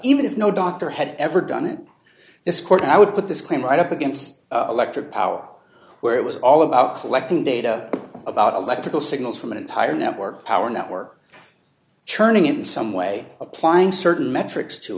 even if no doctor had ever done it this quarter i would put this claim right up against electric power where it was all about collecting data about electrical signals from an entire network power network turning in some way applying certain metrics to